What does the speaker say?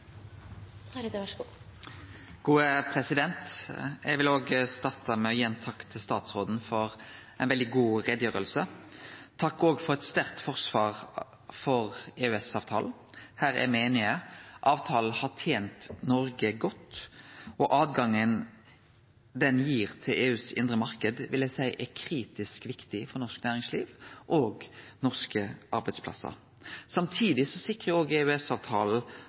Eg vil òg starte med å gi ein takk til statsråden for ei veldig god utgreiing. Takk òg for eit sterkt forsvar for EØS-avtalen, her er me einige. Avtalen har tent Noreg godt, og tilgangen han gir til EUs indre marknad, vil eg seie er kritisk viktig for norsk næringsliv og norske arbeidsplassar. Samtidig sikrar EØS-avtalen at me unngår å miste nasjonal handlefridom på viktige område, som EUs tollunion og